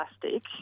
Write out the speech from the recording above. plastic